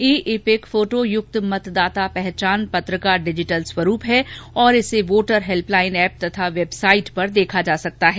ई EPIC फोटायुक्त मतदाता पहचान पत्र का डिजिटल स्वरूप है और इसे वोटर हेल्पलाइन एप तथा वेबसाइट पर देखा जा सकता है